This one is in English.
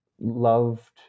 loved